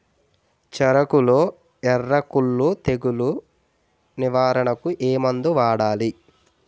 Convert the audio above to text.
చెఱకులో ఎర్రకుళ్ళు తెగులు నివారణకు ఏ మందు వాడాలి?